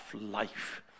life